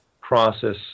process